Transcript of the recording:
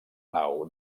nau